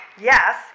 yes